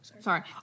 Sorry